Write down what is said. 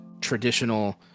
traditional